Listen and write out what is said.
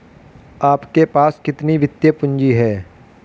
आपके पास कितनी वित्तीय पूँजी है?